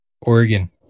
Oregon